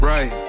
Right